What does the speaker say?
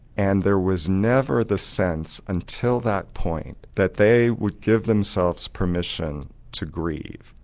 and there was never the sense until that point that they would give themselves permission to grieve,